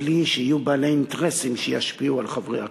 בלי שיהיו בעלי אינטרסים שישפיעו על חברי הכנסת.